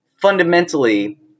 fundamentally